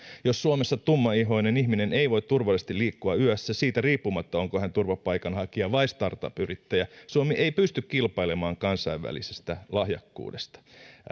jos suomessa tummaihoinen ihminen ei voi turvallisesti liikkua yössä siitä riippumatta onko hän turvapaikanhakija vai startup yrittäjä suomi ei pysty kilpailemaan kansainvälisestä lahjakkuudesta